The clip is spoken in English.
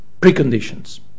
preconditions